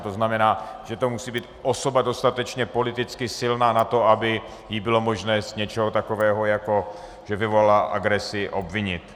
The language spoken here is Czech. To znamená, že to musí být osoba dostatečně politicky silná na to, aby ji bylo možné z něčeho takového, jako že vyvolá agresi, obvinit.